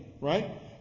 right